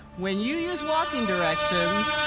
when you use walking directions,